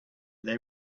they